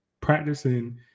practicing